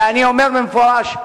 ואני אומר במפורש,